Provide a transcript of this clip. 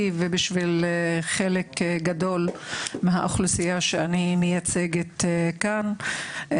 ובשביל חלק מאוד גדול מהאוכלוסייה שאני מייצגת כאן.